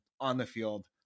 on-the-field